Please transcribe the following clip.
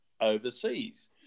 overseas